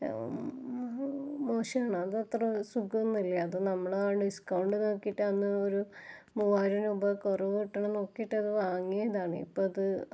മോശമാണ് അത് അത്ര സുഖമൊന്നുല്ല അത് നമ്മൾ ആ ഡിസ്കൗണ്ട് നോക്കീട്ടന്നു ഒരു മൂവായിരം രൂപ കുറവു കിട്ടണത് കുറവു കിട്ടും എന്ന് നോക്കീട്ടന്നു വാങ്ങിയതാണ് ഇപ്പമത്